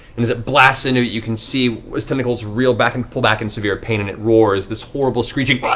and as it blasts into it you can see its tentacles reel back and pull back in severe pain and it roars this horrible, screeching but